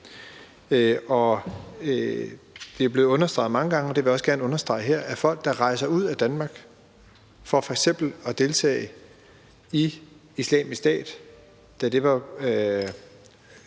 Det er blevet understreget mange gange, og jeg vil også gerne understrege det her, nemlig at folk, der rejser ud af Danmark for eksempelvis at deltage i Islamisk Stat, da det var